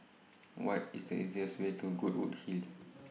What IS The easiest Way to Goodwood Hill